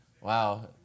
Wow